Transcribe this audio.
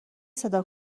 صدا